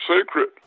secret